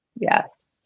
Yes